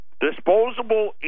disposable